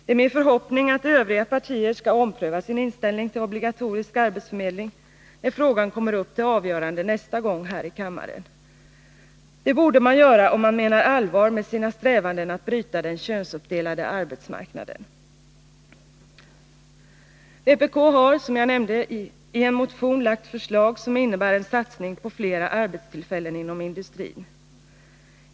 Det är min förhoppning att de övriga partierna skall ompröva sin inställning till obligatorisk arbetsförmedling, när frågan nästa gång kommer upp till avgörande här i kammaren. Det borde man göra, om man menar allvar med sina strävanden att bryta den könsuppdelade arbetsmarknaden. Vpk har, som jag nämnde, i en motion lagt fram förslag som innebär en satsning på flera arbetstillfällen inom industrin.